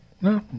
No